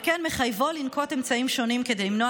וכן מחייבו לנקוט אמצעים שונים כדי למנוע